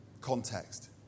context